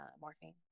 morphine